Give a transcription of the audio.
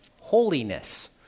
holiness